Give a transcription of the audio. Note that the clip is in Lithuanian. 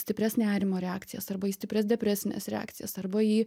stiprias nerimo reakcijas arba į stiprias depresines reakcijas arba į